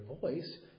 voice